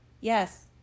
Yes